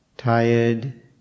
tired